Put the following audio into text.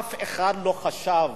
אף אחד לא חשב